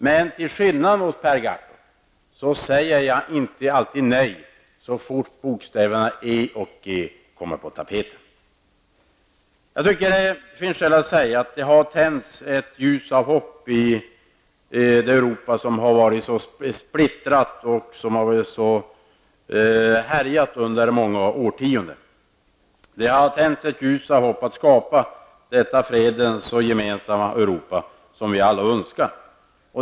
Men till skillnad från Per Gahrton säger jag inte alltid nej så fort bokstäverna E och G kommer på tapeten. Jag tycker att det finns skäl att säga att det har tänts ett ljus av hopp i det Europa som har varit så splittrat och så härjat under många årtionden. Det har tänts ett ljus av hopp att skapa detta fredens gemensamma Europa som vi alla önskar.